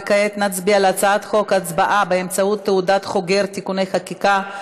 וכעת נצביע על הצעת חוק הצבעה באמצעות תעודת חוגר (תיקוני חקיקה),